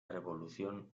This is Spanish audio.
revolución